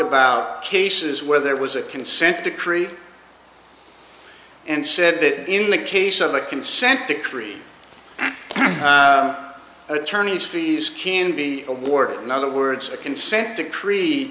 about cases where there was a consent decree and said that in the case of a consent decree and attorneys fees can be awarded in other words a consent decree